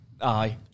Aye